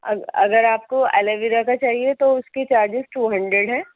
اگر آپ کو ایلو ویرا کا چاہیے تو اس کی چارجز ٹو ہنڈریڈ ہیں